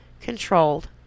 Controlled